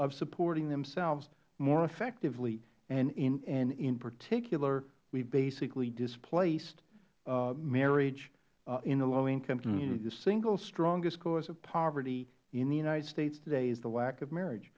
of supporting themselves more effectively in particular we basically displaced marriage in the low income community the single strongest cause of poverty in the united states today is the lack of marriage